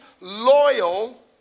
loyal